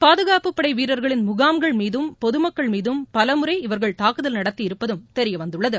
பாதுகாப்பு படை வீரர்களின் முகாம்கள் மீதும் பொதுமக்கள் மீதும் பலமுறை இவர்கள் தாக்கல் நடத்தியிருப்பதும் தெரியவந்துள்ளது